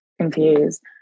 confused